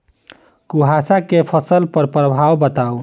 कुहासा केँ फसल पर प्रभाव बताउ?